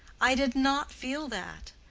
i did not feel that.